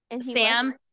Sam